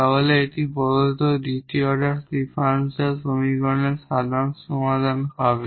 তাহলে এটি প্রদত্ত দ্বিতীয় অর্ডার ডিফারেনশিয়াল সমীকরণের সাধারণ সমাধান হবে